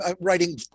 writing